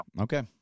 Okay